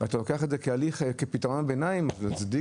ועושה את זה כפתרון ביניים ואז זה מוצדק